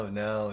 no